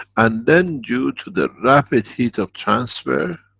and then due to the rapid heat of transfer,